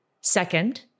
Second